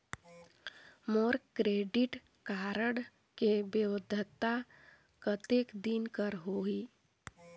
मोर credit card के वैधता कतेक दिन कर होही?